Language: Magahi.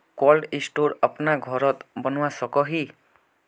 कोल्ड स्टोर अपना घोरोत बनवा सकोहो ही?